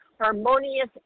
harmonious